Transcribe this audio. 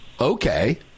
okay